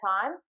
time